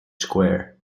square